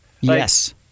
Yes